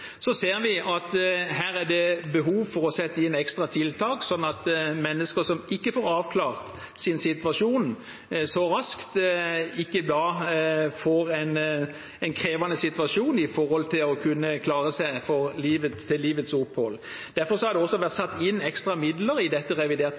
ser at det er behov for å sette inn ekstra tiltak, slik at mennesker som ikke får avklart sin situasjon så raskt, ikke får en krevende situasjon for å kunne klare seg og ha nok til livets opphold. Derfor har det vært